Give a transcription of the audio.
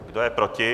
Kdo je proti?